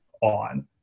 on